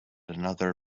another